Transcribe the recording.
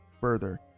further